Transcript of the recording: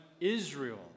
Israel